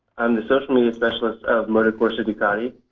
am the social media specialist of motocorsa ducati.